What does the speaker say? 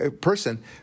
person